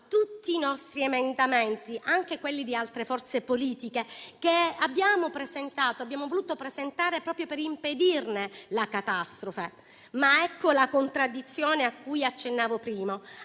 tutti i nostri emendamenti, anche quelli di altre forze politiche, che abbiamo voluto presentare proprio per impedire la catastrofe. Ma ecco la contraddizione a cui accennavo prima: